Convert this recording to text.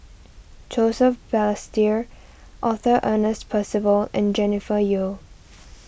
Joseph Balestier Arthur Ernest Percival and Jennifer Yeo